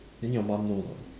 then your mum know or not